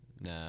Nah